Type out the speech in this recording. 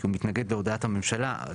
הוא מתנגד להודעת הממשלה.